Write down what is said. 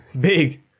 Big